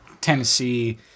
Tennessee